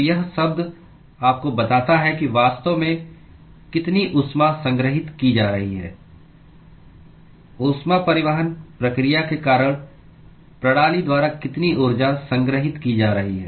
तो यह शब्द आपको बताता है कि वास्तव में कितनी ऊष्मा संग्रहित की जा रही है ऊष्मा परिवहन प्रक्रिया के कारण प्रणाली द्वारा कितनी ऊर्जा संग्रहित की जा रही है